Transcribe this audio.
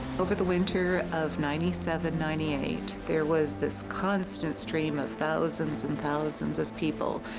over the winter of ninety seven, ninety eight, there was this constant stream of thousands and thousands of people,